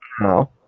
No